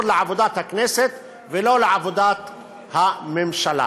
על עוד ועוד תלמידים.